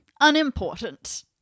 Unimportant